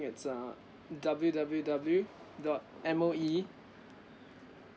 it's uh W_W_W dot M_O_E